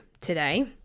today